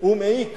ומעיק